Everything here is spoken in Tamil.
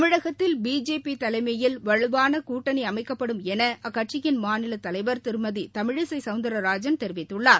தமிழகத்தில் பிஜேபி தலைமையில் வலுவான கூட்டணி அமைக்கப்படும் என அக்கட்சியின் மாநிலத் தலைவர் திருமதி தமிழிசை சவுந்தரராஜன் தெரிவித்துள்ளார்